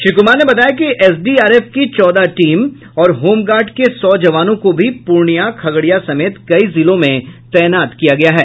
श्री कुमार ने बताया कि एसडीआरएफ की चौदह टीम और होमगार्ड के सौ जवानों को भी पूर्णिया खगड़िया समेत कई जिलों में तैनात किया गया है